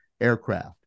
aircraft